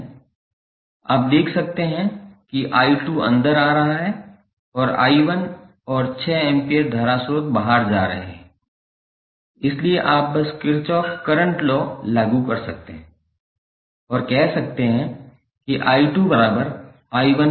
आप देख सकते हैं कि 𝑖2 अंदर आ रहा है और 𝑖1 और 6 एम्पीयर धारा स्रोत बाहर जा रहे हैं इसलिए आप बस किरचॉफ करंट लॉ लागू कर सकते हैं और कह सकते हैं कि 𝑖2𝑖16